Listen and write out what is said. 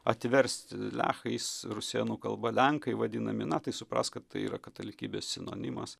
atverst lechais rusėnų kalba lenkai vadinami na tai suprask kad tai yra katalikybės sinonimas